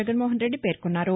జగన్మోహన్ రెడ్డి పేర్కొన్నారు